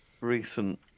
recent